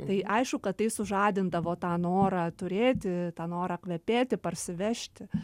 tai aišku kad tai sužadindavo tą norą turėti tą norą kvepėti parsivežti